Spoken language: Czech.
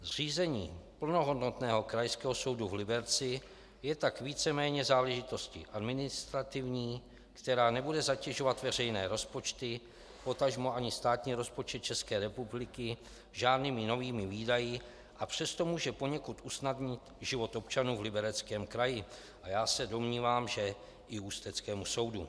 Zřízení plnohodnotného Krajského soudu v Liberci je tak víceméně záležitostí administrativní, která nebude zatěžovat veřejné rozpočty, potažmo ani státní rozpočet České republiky žádnými novými výdaji, a přesto může poněkud usnadnit život občanů v Libereckém kraji a domnívám se, že i ústeckému soudu.